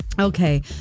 Okay